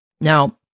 Now